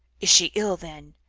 is she ill, then?